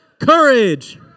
courage